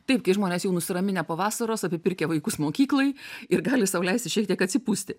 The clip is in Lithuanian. taip kai žmonės jau nusiraminę po vasaros apsipirkę vaikus mokyklai ir gali sau leisti šiek tiek atsipūsti